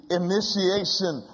initiation